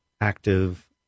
active